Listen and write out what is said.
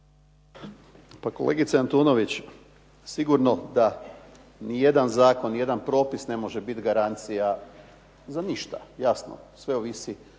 Pa kolegice Antunović sigurno da nijedan zakon, nijedan propis ne može biti garancija za ništa, jasno. Sve ovisi